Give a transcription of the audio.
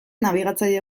nabigatzaile